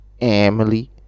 Emily